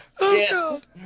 Yes